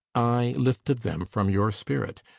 i lifted them from your spirit.